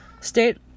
state